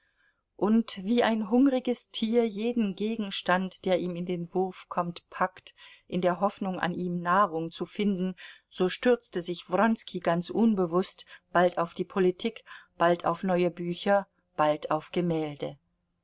und wie ein hungriges tier jeden gegenstand der ihm in den wurf kommt packt in der hoffnung an ihm nahrung zu finden so stürzte sich wronski ganz unbewußt bald auf die politik bald auf neue bücher bald auf gemälde